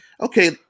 Okay